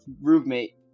roommate